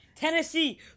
Tennessee